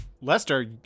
Lester